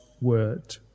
word